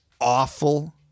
awful